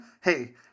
Hey –